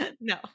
No